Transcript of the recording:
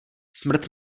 smrt